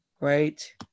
right